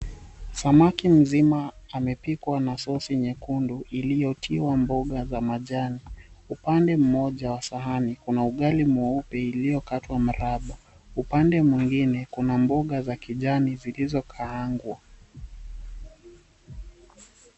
Samaki mzima amepikwa na sosi nyekundu, iliyotiwa mboga za majani. Upande mmoja wa sahani, kuna ugali mweupe iliyokatwa mraba. Upande mwingine, kuna mboga za kijani zilizokaangwa.